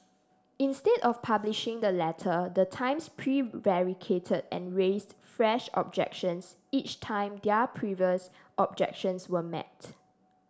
instead of publishing the letter the Times prevaricated and raised fresh objections each time their previous objections were met